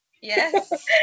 Yes